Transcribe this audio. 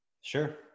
Sure